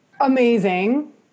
Amazing